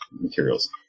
materials